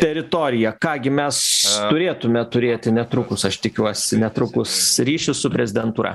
teritoriją ką gi mes turėtume turėti netrukus aš tikiuosi netrukus ryšį su prezidentūra